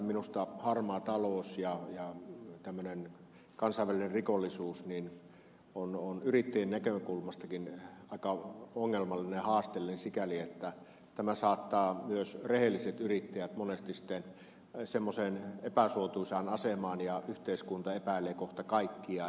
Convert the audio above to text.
minusta harmaa talous ja tämmöinen kansainvälinen rikollisuus on yrittäjien näkökulmastakin aika ongelmallinen ja haasteellinen sikäli että tämä saattaa myös rehelliset yrittäjät monesti sitten semmoiseen epäsuotuisaan asemaan ja yhteiskunta epäilee kohta kaikkia